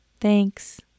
Thanks